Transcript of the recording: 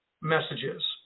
messages